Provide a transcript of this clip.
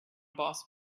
boss